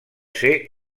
ser